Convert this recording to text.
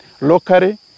locally